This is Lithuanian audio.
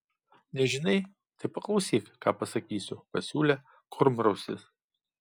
nežinai tai paklausyk ką pasakysiu pasiūlė kurmrausis